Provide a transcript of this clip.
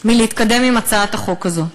מלהתקדם עם הצעת החוק הזו.